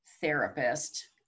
therapist